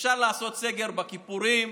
אפשר לעשות סגר בכיפורים,